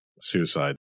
suicide